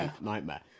nightmare